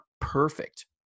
perfect